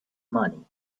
money